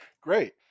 Great